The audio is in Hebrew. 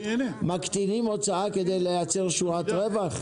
מקטינים הוצאה כדי לייצר שורת רווח?